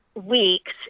weeks